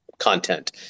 content